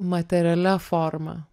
materialia forma